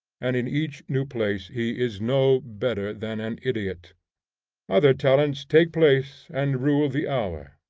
and in each new place he is no better than an idiot other talents take place, and rule the hour.